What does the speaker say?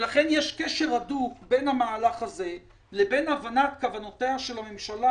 יש קשר הדוק בין המהלך הזה לבין כוונותיה של הממשלה